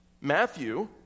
Matthew